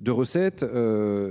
de recettes.